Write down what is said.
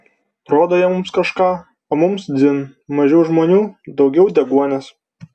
rodo jie mums kažką o mums dzin mažiau žmonių daugiau deguonies